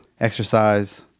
exercise